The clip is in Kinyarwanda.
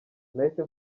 nahise